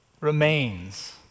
remains